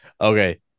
Okay